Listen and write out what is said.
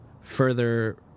further